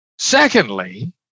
Secondly